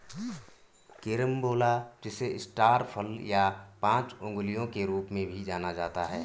carambola जिसे star फल या पांच अंगुलियों के रूप में भी जाना जाता है